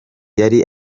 yari